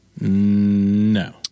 No